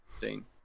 Dean